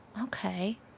Okay